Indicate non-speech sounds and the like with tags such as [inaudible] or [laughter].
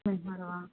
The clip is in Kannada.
[unintelligible] ಮಾಡುವಾ